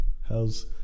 How's